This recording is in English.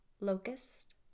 locust